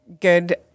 good